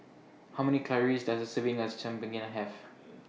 How Many Calories Does A Serving as Chigenabe Have